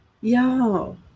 y'all